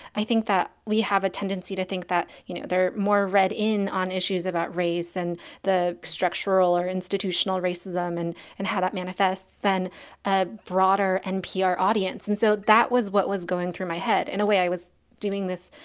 i think that we have a tendency to think that, you know, they're more read-in on issues about race and the structural or institutional racism and and how that manifests than a broader npr audience. and so that was what was going through my head. in a way, i was doing this,